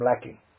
lacking